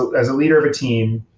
as a leader of a team,